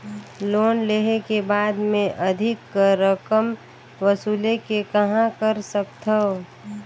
Loan लेहे के बाद मे अधिक रकम वसूले के कहां कर सकथव?